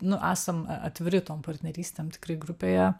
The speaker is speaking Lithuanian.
nu esam atviri tom partnerystėm tikrai grupėje